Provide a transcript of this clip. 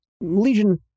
Legion